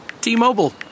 t-mobile